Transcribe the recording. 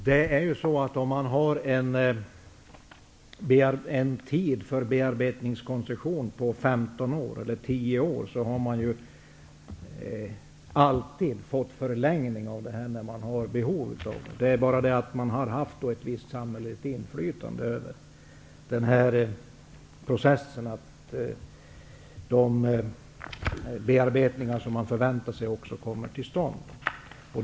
Fru talman! Om man har en tid för bearbetningskoncession på 15 år eller 10 år, har man alltid fått förlängning när man har haft behov av det. Det är bara det att det funnits ett visst samhällsinflytande över processen, så att de bearbetningar som man förväntar sig också kommer till stånd.